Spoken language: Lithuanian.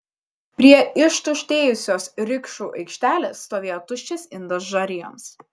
prie ištuštėjusios rikšų aikštelės stovėjo tuščias indas žarijoms